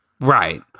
Right